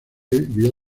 vio